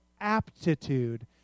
aptitude